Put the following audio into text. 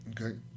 Okay